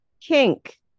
kink